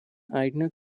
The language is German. eigene